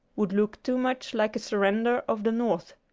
would look too much like a surrender of the north.